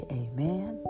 amen